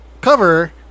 cover